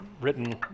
written